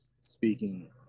speaking